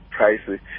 pricey